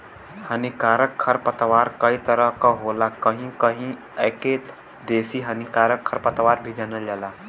हानिकारक खरपतवार कई तरह क होला कहीं कहीं एके देसी हानिकारक खरपतवार भी जानल जाला